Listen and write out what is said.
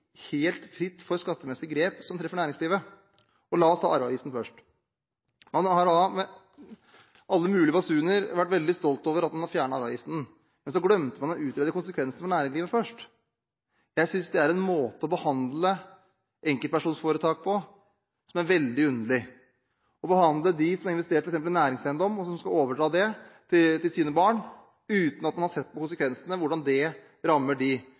helt fritt for skattemessige grep som treffer næringslivet. La oss ta arveavgiften først. Man har med alle mulige basuner vært veldig stolt over at man har fjernet arveavgiften. Men så glemte man å utrede konsekvensen for næringslivet først. Jeg synes det er en måte å behandle enkeltpersonforetak på som er veldig underlig. Man har ikke sett på konsekvensene for dem som f.eks. har investert i næringseiendom, og som skal overdra den til sine barn, hvordan det rammer